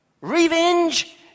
Revenge